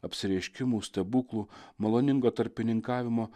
apsireiškimų stebuklų maloningo tarpininkavimo